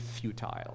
futile